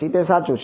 PMC તે સાચું છે